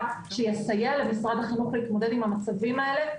שיסייע למשרד החינוך להתמודד עם המצבים האלה,